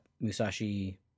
Musashi